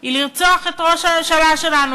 היא לרצוח את ראש הממשלה שלנו,